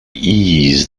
ease